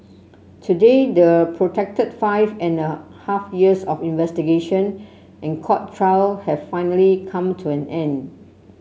today the protracted five and a half years of investigation and court trial have finally come to an end